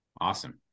Awesome